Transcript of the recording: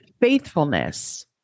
faithfulness